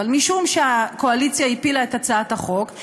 אבל משום שהקואליציה הפילה את הצעת החוק.